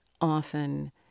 Often